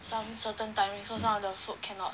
some certain timing so some of the food cannot